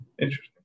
interesting